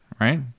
right